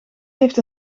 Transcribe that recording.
heeft